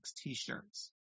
T-shirts